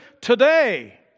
today